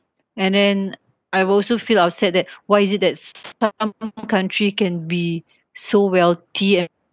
and then I will also feel upset that why is it that some country can be so wealthy and